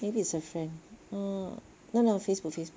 maybe it's her friend mm no no Facebook Facebook